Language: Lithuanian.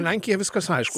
lenkija viskas aišku